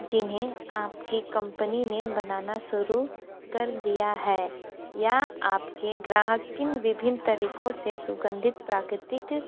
जिन्हें आपकी कम्पनी ने बनाना शुरू कर दिया है यह आपके ग्राहक किन विभिन्न तरीक़ों से सुगंधित प्राकितिक